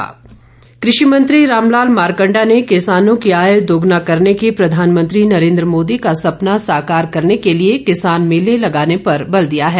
मारकंडा कृषि मंत्री रामलाल मारकंडा ने किसानों की आय दोगुना करने के प्रधानमंत्री नरेंद्री मोदी का सपना साकार करने के लिए किसान मेले लगाने पर बल दिया है